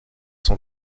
son